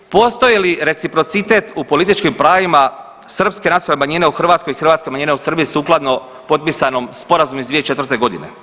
Postoji li reciprocitet u političkim pravima srpske nacionalne manjine u Hrvatskoj i hrvatske manjine u Srbiji sukladno potpisanom sporazumu iz 2004. godine?